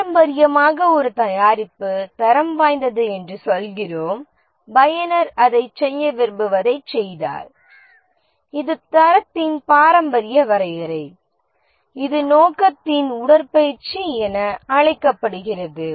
பாரம்பரியமாக ஒரு தயாரிப்பு தரம் வாய்ந்தது என்று சொல்கிறோம் பயனர் அதைச் செய்ய விரும்புவதைச் செய்தால் இது தரத்தின் பாரம்பரிய வரையறை இது நோக்கத்தின் உடற்பயிற்சி என அழைக்கப்படுகிறது